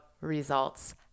results